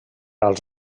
als